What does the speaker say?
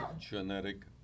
genetic